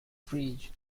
bridge